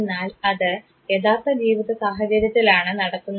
എന്നാൽ അത് യഥാർത്ഥ ജീവിത സാഹചര്യത്തിലാണ് നടത്തുന്നത്